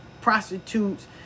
prostitutes